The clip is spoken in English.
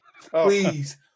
Please